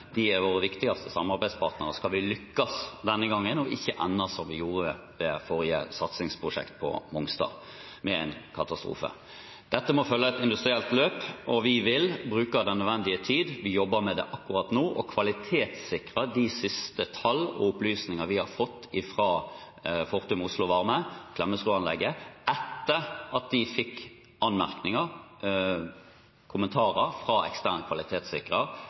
De er våre viktigste samarbeidspartnere om vi skal lykkes denne gangen, og ikke ende som vi gjorde ved forrige satsingsprosjekt på Mongstad – med en katastrofe. Dette må følge et industrielt løp, og vi vil bruke den nødvendige tid – vi jobber med det akkurat nå – og kvalitetssikre de siste tall og opplysninger vi har fått fra Fortum Oslo Varme, Klemetsrud-anlegget, etter at de fikk anmerkninger og kommentarer fra ekstern kvalitetssikrer